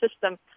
system